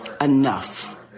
Enough